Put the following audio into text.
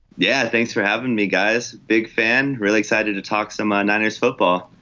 yeah. thanks for having me guys. big fan really excited to talk to my niners football.